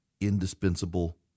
indispensable